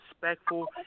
respectful